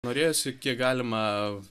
norėjosi kiek galima